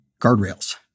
guardrails